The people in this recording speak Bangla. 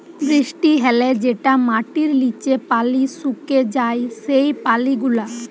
বৃষ্টি হ্যলে যেটা মাটির লিচে পালি সুকে যায় সেই পালি গুলা